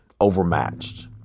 overmatched